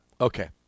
Okay